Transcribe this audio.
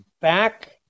back